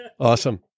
Awesome